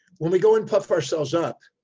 when we go and puff ourselves up,